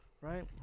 Right